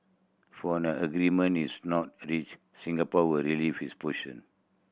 for an agreement is not reached Singapore will review its